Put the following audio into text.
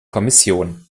kommission